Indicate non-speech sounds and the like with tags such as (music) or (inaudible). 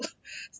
(laughs)